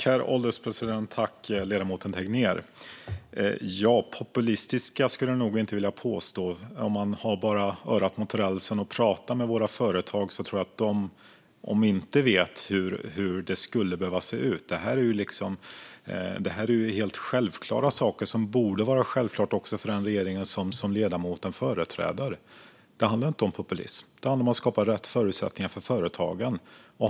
Herr ålderspresident! Tack för frågan, ledamoten Tegnér! Populistiska skulle jag nog inte vilja påstå att förslagen är. Om man bara har örat mot rälsen och pratar med våra företag tror jag att man inser att de om några vet hur det skulle behöva se ut. Det här är helt självklara saker, och de borde vara självklara för den regering som ledamoten företräder. Det handlar inte om populism. Det handlar om att skapa rätt förutsättningar för företagen.